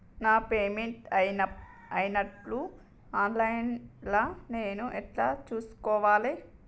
నా పేమెంట్ అయినట్టు online లా నేను ఎట్ల చూస్కోవాలే?